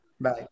Bye